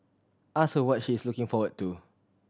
ask her what she is looking forward to